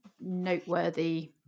noteworthy